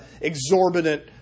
exorbitant